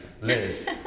Liz